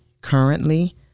currently